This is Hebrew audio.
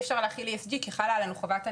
אי אפשר להכניס ESG כי חלה עליהן חובת הנאמנות.